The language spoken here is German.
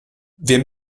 wir